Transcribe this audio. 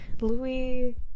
Louis